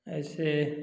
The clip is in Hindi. ऐसे